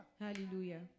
Hallelujah